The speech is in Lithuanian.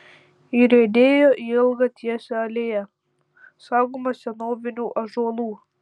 įriedėjo į ilgą tiesią alėją saugomą senovinių ąžuolų